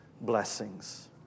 blessings